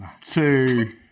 two